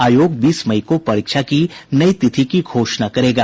आयोग बीस मई को परीक्षा की नई तिथि की घोषणा करेगा